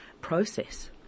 process